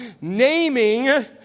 Naming